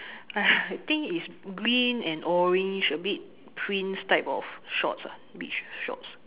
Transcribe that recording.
I think is green and orange a bit prints type of shorts ah beach shorts